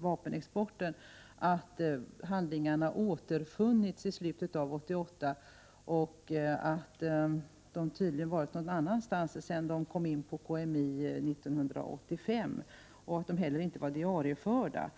vapenexporten om att handlingarna ”återfunnits” i slutet av 1988. De hade tydligen varit någon annanstans sedan de kom in till KMI 1985. De var inte heller diarieförda.